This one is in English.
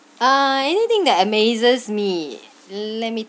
uh anything that amazes me let me